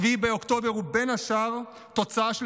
7 באוקטובר הוא בין השאר תוצאה של